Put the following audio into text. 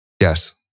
Yes